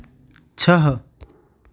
छः